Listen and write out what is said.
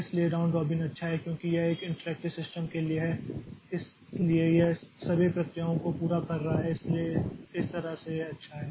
इसलिए round robin अच्छा है क्योंकि यह एक इंटरैक्टिव सिस्टम के लिए है इसलिए यह सभी प्रक्रियाओं को पूरा कर रहा है इसलिए इस तरह से यह अच्छा है